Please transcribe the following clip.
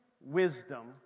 wisdom